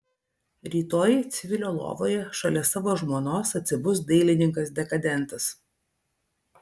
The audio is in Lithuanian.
rytoj civilio lovoje šalia savo žmonos atsibus dailininkas dekadentas